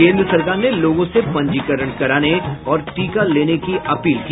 केन्द्र सरकार ने लोगों से पंजीकरण कराने और टीका लेने की अपील की